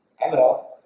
Hello